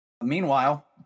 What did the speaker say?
Meanwhile